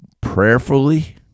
prayerfully